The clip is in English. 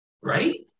Right